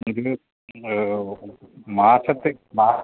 ഇതിൽ മാസത്തെ